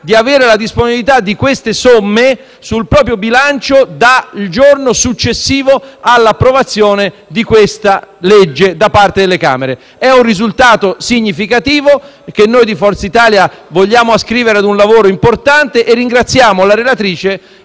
avranno la disponibilità di queste somme sul proprio bilancio dal giorno successivo all'approvazione della legge di conversione da parte delle Camere. È un risultato significativo che noi di Forza Italia vogliamo ascrivere a un lavoro importante e ringraziamo la